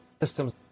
systems